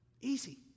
Easy